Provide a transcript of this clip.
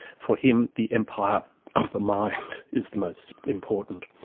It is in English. for him the empire of the mind is the most important.